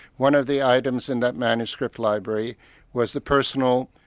one of the items in that manuscript library was the personal,